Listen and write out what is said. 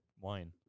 wine